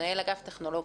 מנהל אגף טכנולוגיה,